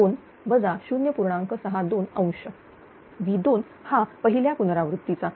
V2हा पहिल्या पुनरावृत्तीचा